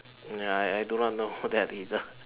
ya I I do not know that either